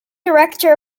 director